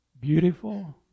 beautiful